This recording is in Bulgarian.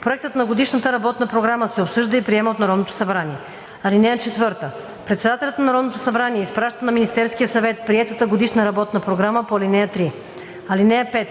Проектът на годишната работна програма се обсъжда и приема от Народното събрание. (4) Председателят на Народното събрание изпраща на Министерския съвет приетата годишна работна програма по ал. 3. (5)